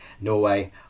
Norway